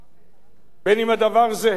בין שהדבר זהה ובין שרק דומה,